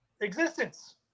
existence